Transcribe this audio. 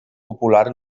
popular